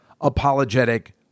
apologetic